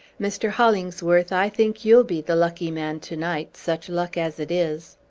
mr. hollingsworth, i think you'll be the lucky man to-night, such luck as it is.